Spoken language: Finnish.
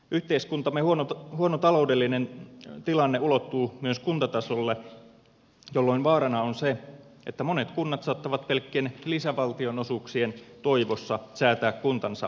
yhteiskuntamme huono taloudellinen tilanne ulottuu myös kuntatasolle jolloin vaarana on se että monet kunnat saattavat pelkkien lisävaltionosuuksien toivossa säätää kuntansa kaksikieliseksi